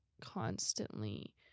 constantly